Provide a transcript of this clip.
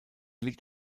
liegt